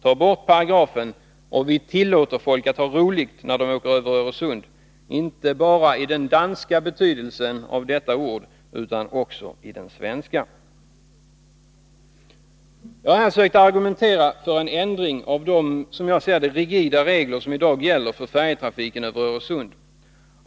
Tag bort paragrafen — och vi tillåter folk att ha roligt när de åker över Öresund, inte bara i den danska betydelsen av detta ord, utan också i den svenska! Jag har här sökt argumentera för en ändring av de rigida regler som i dag gäller för färjetrafiken över Öresund.